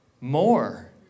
More